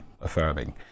affirming